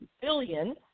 Billion